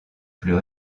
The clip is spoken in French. plus